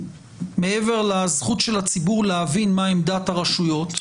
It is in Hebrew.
מעבר לזכות של הציבור להבין מה עמדת הרשויות,